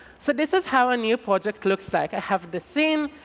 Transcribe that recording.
so this is how a new project looks like. i have the scene,